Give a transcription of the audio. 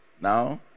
now